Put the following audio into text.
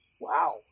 Wow